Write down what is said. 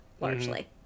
largely